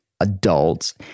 adults